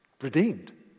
redeemed